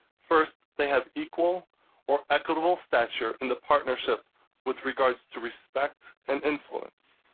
first, they have equal or equitable stature in the partnership with regards to respect and influence.